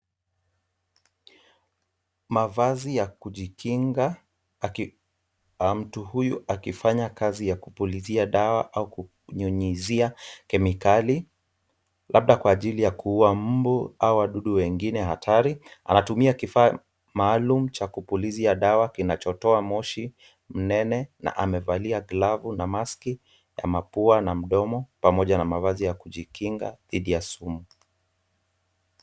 Mavazi ya kujikinga, mtu huyu akifanya kazi ya kupulizia dawa au kunyunyizia kemikali labda kwa ajili ya kuua mbu au wadudu wengine hatari. Anatumia kifaa maalum cha kupulizia dawa kinachotoa moshi mnene na amevalia glavu na maski ya mapua na mdomo pamoja na mavazi ya kujikinga dhidi ya sumu.